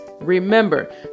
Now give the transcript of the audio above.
Remember